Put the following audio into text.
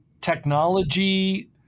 technology